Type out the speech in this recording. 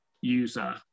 user